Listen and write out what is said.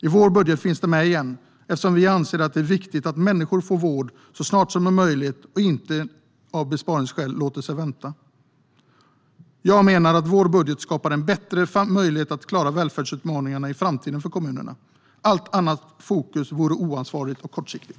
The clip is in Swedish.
I vår budget finns den med igen eftersom vi anser att det är viktigt att människor får vård så snart det är möjligt och inte får vänta av besparingsskäl. Jag menar att vår budget skapar en bättre möjlighet att klara välfärdsutmaningarna i framtiden för kommunerna. Fokus på något annat vore oansvarigt och kortsiktigt.